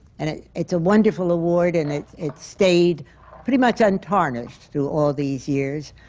and it's a wonderful award and it's it's stayed pretty much on target through all these years.